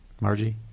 Margie